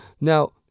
Now